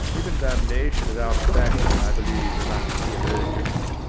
even damnation is out of fashion, i believe, among theologians.